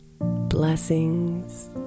Blessings